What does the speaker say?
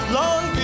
long